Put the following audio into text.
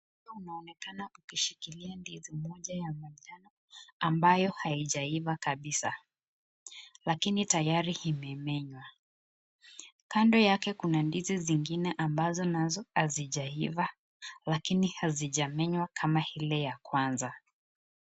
Hapa inaonekana ukishikilia ndizi moja ya manjano ambayo haijaiva kabisa, lakini tayari imemenywa. Kando yake kuna ndizi zingine ambazo nazo hazijaiva lakini hazijamenywa kama ile ya kwanza.